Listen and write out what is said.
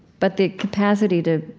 but the capacity to